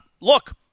Look